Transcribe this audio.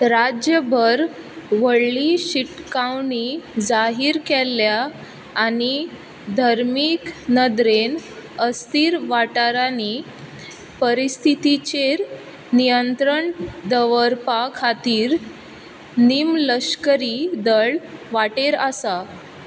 राज्यभर व्हडली शिटकावणी जाहीर केल्ल्या आनी धर्मीक नदरेन अस्थीर वाठारांनी परिस्थितीचेर नियंत्रण दवरपा खातीर निम लश्करी दळ वाटेर आसा